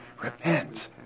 Repent